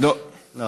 לא.